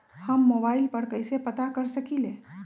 हम मोबाइल पर कईसे पता कर सकींले?